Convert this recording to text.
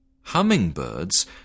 Hummingbirds